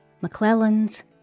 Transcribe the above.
McClellan's